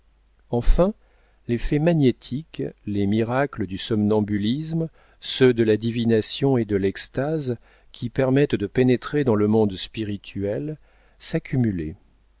enfin les faits magnétiques les miracles du somnambulisme ceux de la divination et de l'extase qui permettent de pénétrer dans le monde spirituel s'accumulaient